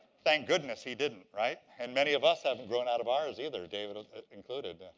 thank goodness he didn't, right? and many of us haven't grown out of ours, either, david included.